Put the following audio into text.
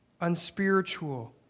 unspiritual